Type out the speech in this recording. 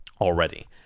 Already